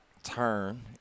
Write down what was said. Turn